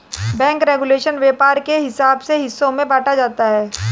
bank regulation व्यापार के हिसाब से हिस्सों में बांटा जाता है